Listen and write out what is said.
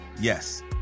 Yes